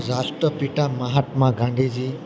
રાષ્ટ્રપિતા મહાત્મા ગાંધીજી